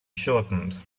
shortened